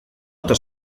eta